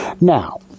Now